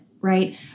right